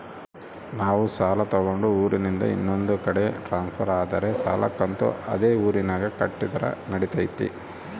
ನಾವು ಸಾಲ ತಗೊಂಡು ಊರಿಂದ ಇನ್ನೊಂದು ಕಡೆ ಟ್ರಾನ್ಸ್ಫರ್ ಆದರೆ ಸಾಲ ಕಂತು ಅದೇ ಊರಿನಾಗ ಕಟ್ಟಿದ್ರ ನಡಿತೈತಿ?